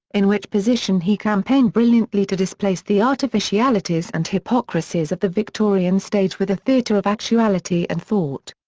in which position he campaigned brilliantly to displace the artificialities and hypocrisies of the victorian stage with a theatre of actuality and thought.